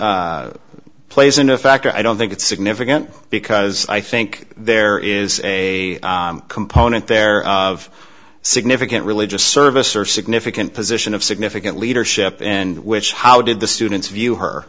plays into a factor i don't think it's significant because i think there is a component there of significant religious service or significant position of significant leadership and which how did the students view her